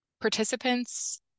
Participants